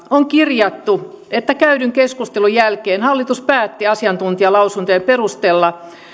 on kirjattu että käydyn keskustelun jälkeen hallitus päätti asiantuntijalausuntojen perusteella